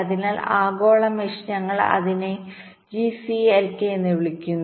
അതിനാൽ ആഗോള മെഷ്ഞങ്ങൾ അതിനെ GCLK എന്ന് വിളിക്കുന്നു